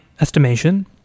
estimation